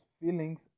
feelings